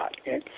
okay